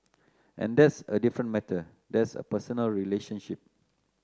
and that's a different matter that's a personal relationship